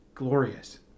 glorious